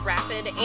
Rapid